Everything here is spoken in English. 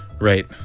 right